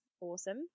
Awesome